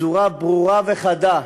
בצורה ברורה וחדה: